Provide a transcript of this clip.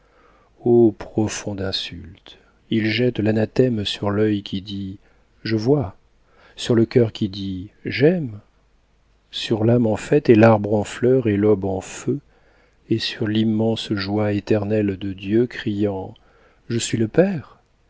profonde insulte ils jettent l'anathème sur l'œil qui dit je vois sur le cœur qui dit j'aime sur l'âme en fête et l'arbre en fleur et l'aube en feu et sur l'immense joie éternelle de dieu criant je suis le père